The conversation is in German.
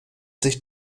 sich